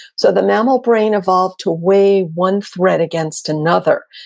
so the mammal brain evolved to weigh one threat against another.